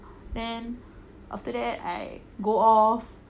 then after that I go off